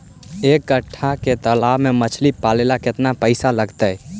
एक कट्ठा के तालाब में मछली पाले ल केतना पैसा लगतै?